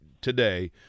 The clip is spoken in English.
today